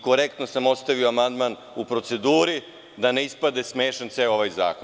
Korektno sam ostavio amandman u proceduri, da ne ispadne smešan ceo ovaj zakon.